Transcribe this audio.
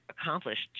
accomplished